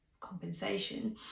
compensation